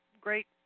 great